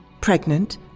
pregnant